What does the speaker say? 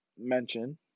mention